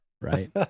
right